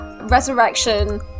Resurrection